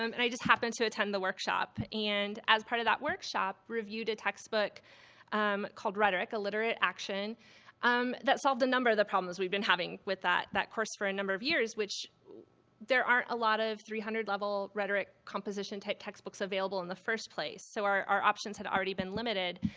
um and i just happened to attend attend the workshop. and as part of that workshop, reviewed a textbook um called rhetoric illiterate action um that solved a number of the problems we've been having with that that course for a number of years, which there aren't a lot of three hundred level rhetoric composition textbooks available in the first place. so our options had already been limited.